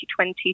2020